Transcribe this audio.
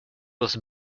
was